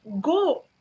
go